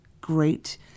Great